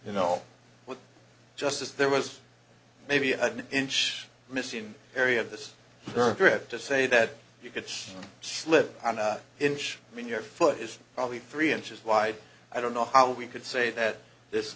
you know just as there was maybe an inch missing area of this paragraph to say that you could slip on a hinge when your foot is probably three inches wide i don't know how we could say that this